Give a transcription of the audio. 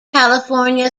california